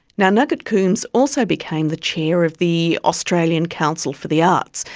now, nugget coombs also became the chair of the australian council for the arts,